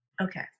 Okay